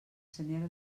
senyera